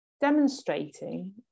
demonstrating